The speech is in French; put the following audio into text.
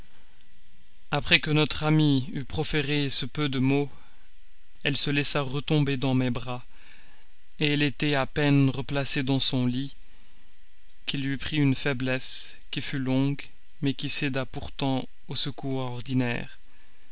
après que notre amie eut proféré ce peu de mots elle se laissa retomber dans mes bras elle était à peine replacée dans son lit qu'il lui prit une faiblesse qui fut longue mais qui céda pourtant aux secours ordinaires